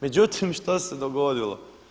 Međutim, što se dogodilo?